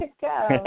go